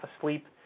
asleep